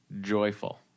joyful